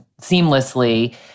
seamlessly